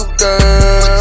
girl